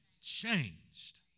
Changed